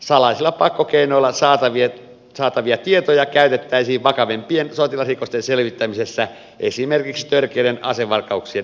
salaisilla pakkokeinoilla saatavia tietoja käytettäisiin vakavimpien sotilasrikosten selvittämisessä esimerkiksi törkeiden asevarkauksien esitutkinnassa